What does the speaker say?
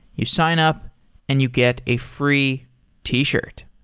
you sign up and you get a free t-shirt.